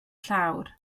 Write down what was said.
llawr